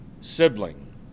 sibling